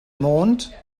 mond